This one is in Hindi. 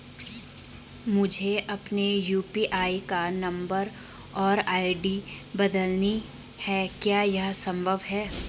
मुझे अपने यु.पी.आई का नम्बर और आई.डी बदलनी है क्या यह संभव है?